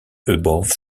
above